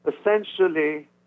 essentially